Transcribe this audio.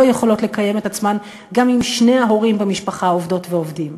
יכולות לקיים את עצמן גם אם שני ההורים במשפחה עובדות ועובדים?